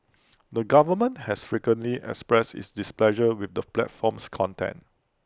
the government has frequently expressed its displeasure with the platform's content